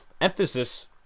emphasis